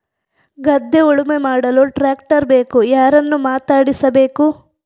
ಗದ್ಧೆ ಉಳುಮೆ ಮಾಡಲು ಟ್ರ್ಯಾಕ್ಟರ್ ಬೇಕು ಯಾರನ್ನು ಮಾತಾಡಿಸಬೇಕು?